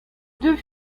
deux